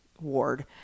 ward